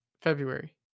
February